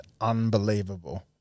unbelievable